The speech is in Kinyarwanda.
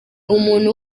umuntu